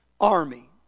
army